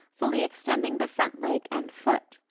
fully extending the front leg and foot.